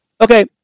Okay